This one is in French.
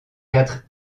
quatre